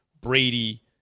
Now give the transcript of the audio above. Brady